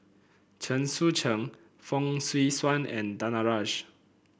Chen Sucheng Fong Swee Suan and Danaraj